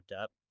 up